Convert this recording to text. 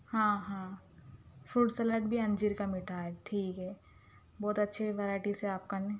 ہاں ہاں fruit salad بھی انجیر کا میٹھا ہے ٹھیک ہے بہت اچھے ورائیٹیز ہے آپ کے